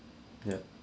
yup